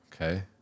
Okay